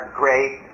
great